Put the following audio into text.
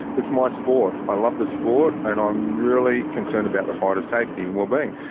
it's my sport. i love the sport and i'm really concerned about the fighters' safety and wellbeing.